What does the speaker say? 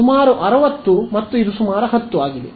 ಸುಮಾರು 60 ಮತ್ತು ಇದು ಸುಮಾರು 10 ಆಗಿದೆ